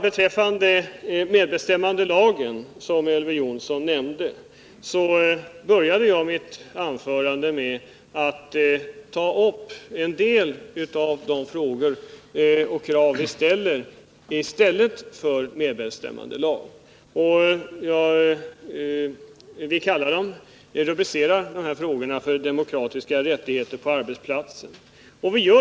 Beträffande medbestämmandelagen, som Elver Jonsson tog upp, vill jag säga att jag började mitt anförande med att beröra vissa av de frågor och krav som vi för fram i stället för medbestämmandelag. Vi vill rubricera frågorna ”demokratiska rättigheter på arbetsplatsen”.